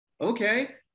Okay